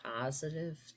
positive